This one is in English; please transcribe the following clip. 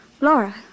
Laura